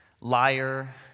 liar